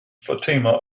fatima